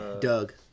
Doug